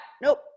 Nope